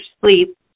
sleep